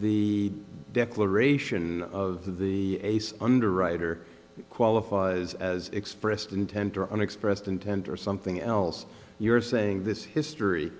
the declaration of the case underwriter qualifies as expressed intent or unexpressed intent or something else you're saying this history